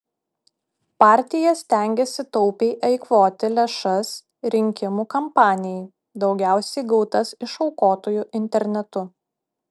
partija stengėsi taupiai eikvoti lėšas rinkimų kampanijai daugiausiai gautas iš aukotojų internetu